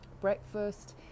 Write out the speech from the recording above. breakfast